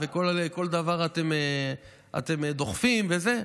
כל דבר אתם דוחפים וזה.